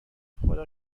خدا